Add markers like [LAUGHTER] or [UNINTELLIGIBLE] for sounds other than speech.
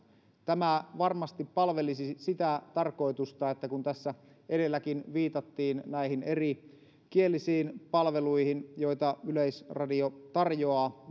tämä varmasti palvelisi sitä tarkoitusta kun tässä edelläkin viitattiin näihin erikielisiin palveluihin joita yleisradio tarjoaa [UNINTELLIGIBLE]